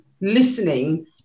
listening